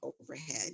overhead